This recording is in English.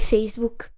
Facebook